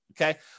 Okay